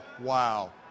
wow